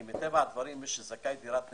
כי מטבע הדברים מי שזכאי לדירת נר,